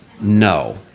No